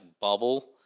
bubble